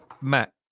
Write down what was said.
Matt